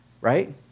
Right